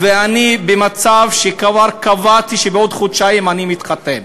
ואני במצב שכבר קבעתי שבעוד חודשיים אני מתחתן.